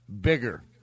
bigger